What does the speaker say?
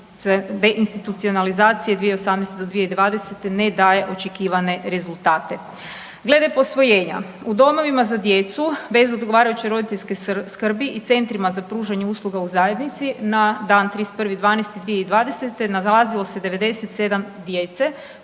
u domovima za djecu bez odgovarajuće roditeljske skrbi i centrima za pružanje usluga u zajednici na dan 31. 12. 2020. nalazilo se 97 djece